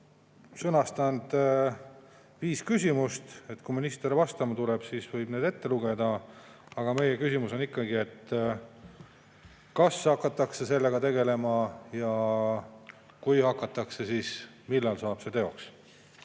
sõnastanud viis küsimust. Kui minister vastab, siis võib need ette lugeda. Aga meie küsimus on ikkagi, kas hakatakse sellega tegelema, ja kui hakatakse, siis millal saab see teoks.